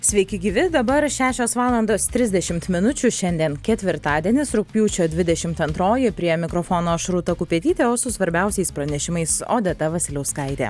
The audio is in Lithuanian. sveiki gyvi dabar šešios valandos trisdešimt minučių šiandien ketvirtadienis rugpjūčio dvidešimt antroji prie mikrofono aš rūta kupetytė o su svarbiausiais pranešimais odeta vasiliauskaitė